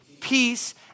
peace